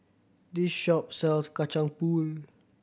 this shop sells Kacang Pool